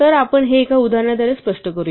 तर आपण हे एका उदाहरणाद्वारे स्पष्ट करूया